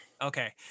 okay